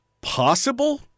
possible